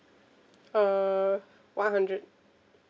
uh one hundred